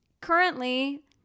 Currently